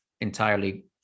entirely